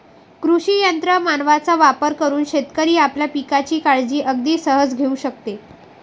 कृषी यंत्र मानवांचा वापर करून शेतकरी आपल्या पिकांची काळजी अगदी सहज घेऊ शकतो